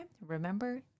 remember